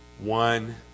One